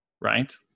right